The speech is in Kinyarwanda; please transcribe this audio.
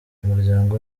umuryango